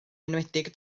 enwedig